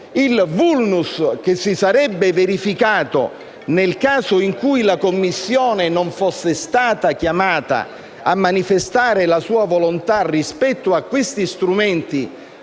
Il *vulnus* che si sarebbe verificato nel caso in cui la Commissione non fosse stata chiamata a manifestare la sua volontà rispetto a questi strumenti